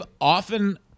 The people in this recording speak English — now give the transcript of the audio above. often